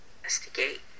Investigate